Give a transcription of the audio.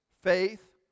faith